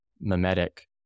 mimetic